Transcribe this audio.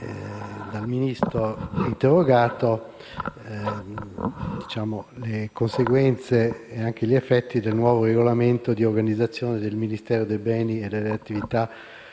dal Ministro interrogato quali saranno le conseguenze e gli effetti del nuovo regolamento di organizzazione del Ministero dei beni, delle attività